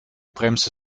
bremse